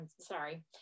sorry